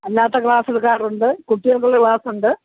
അല്ലാത്ത ക്ലാസ് എടുക്കാറുണ്ട് കുട്ടികള്ക്കുള്ള ക്ലാസുണ്ട്